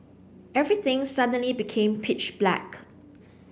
everything suddenly became pitch black